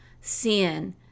sin